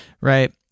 right